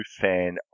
fan